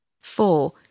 Four